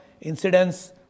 incidents